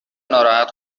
ناراحت